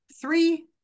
three